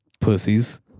Pussies